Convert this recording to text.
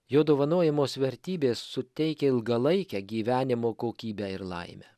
jo dovanojamos vertybės suteikia ilgalaikę gyvenimo kokybę ir laimę